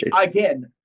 again